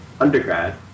undergrad